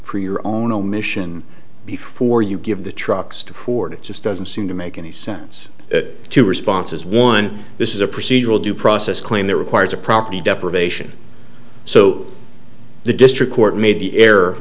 for your own omission before you give the trucks to ford it just doesn't seem to make any sense to responses one this is a procedural due process claim that requires a property deprivation so the district court made the